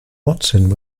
watson